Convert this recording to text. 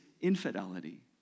infidelity